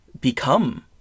become